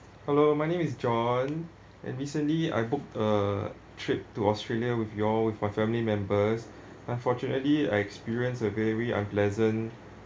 hello my name is john and recently I booked a trip to australia with you all with my family members unfortunately I experience a very unpleasant